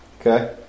Okay